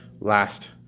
last